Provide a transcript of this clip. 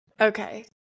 Okay